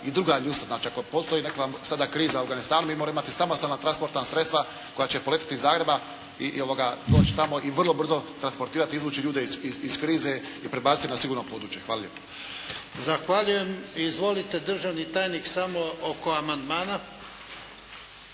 ne razumije./… ako postoji nekakva sada kriza u Afganistanu mi moramo imati samostalna transportna sredstva koja će poletiti iz Zagreba i doći tamo i vrlo brzo transportirati, izvući ljude iz krize i prebaciti na sigurno područje. Hvala lijepo. **Jarnjak, Ivan (HDZ)** Zahvaljujem. Izvolite državni tajnik, samo oko amandmana.